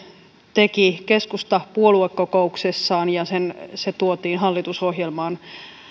teki keskusta puoluekokouksessaan ja se tuotiin hallitusohjelmaan